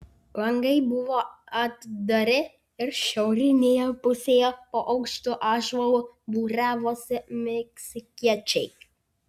langai buvo atdari ir šiaurinėje pusėje po aukštu ąžuolu būriavosi meksikiečiai